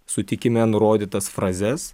sutikime nurodytas frazes